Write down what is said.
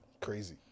Crazy